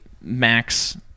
Max